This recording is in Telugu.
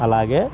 అలాగే